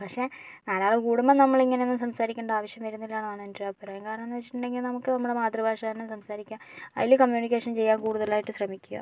പക്ഷേ നാലാളു കൂടുമ്പോൾ നമ്മള് ഇങ്ങനെയൊന്നും സംസാരിക്കേണ്ട ആവശ്യം വരുന്നില്ലാന്നുള്ളതാണ് എൻ്റെ ഒരു അഭിപ്രായം കാരണമെന്ന് വെച്ചിട്ടുണ്ടെങ്കിൽ നമുക്ക് നമ്മുടെ മാതൃഭാഷ തന്നെ സംസാരിക്കാം അതില് കമ്മ്യൂണിക്കേഷൻ ചെയ്യാൻ കൂടുതലായിട്ട് ശ്രമിക്കുക